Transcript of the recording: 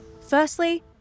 Firstly